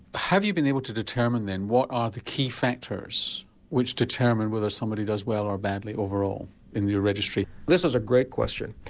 have you been able to determine then what are the key factors which determine whether somebody does well or badly overall in your registry? this is a great question.